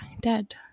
dead